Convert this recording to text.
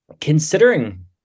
considering